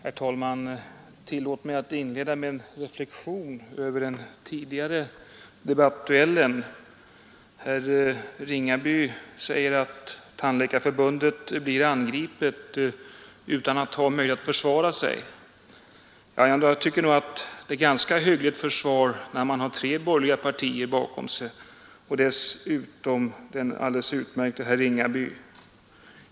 Herr talman! Tillåt mig att inleda med en reflexion över den tidigare debattduellen. Herr Ringaby säger att Tandläkarförbundet blir angripet utan att ha möjlighet att försvara sig. Jag tycker ändå att det är ett ganska hyggligt försvar när man har tre borgerliga partier bakom sig och dessutom den alldeles utmärkte herr Ringaby.